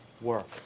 work